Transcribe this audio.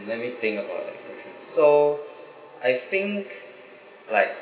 let me think about it so I think like